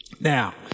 Now